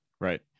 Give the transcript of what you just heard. Right